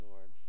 Lord